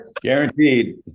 Guaranteed